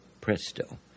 presto